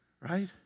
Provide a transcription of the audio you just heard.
Right